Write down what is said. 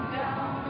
down